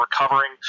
recovering